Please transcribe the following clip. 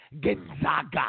Gonzaga